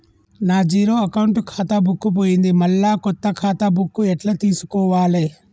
నా zero account ఖాతా book పోయింది మళ్ళా కొత్త ఖాతా బుక్కు ఎట్ల తీసుకోవాలే?